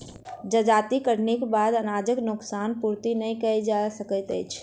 जजाति कटनीक बाद अनाजक नोकसान पूर्ति नै कयल जा सकैत अछि